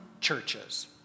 churches